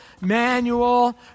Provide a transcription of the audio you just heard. manual